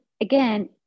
again